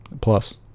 plus